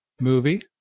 Movie